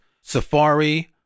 Safari